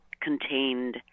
contained